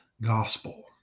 gospel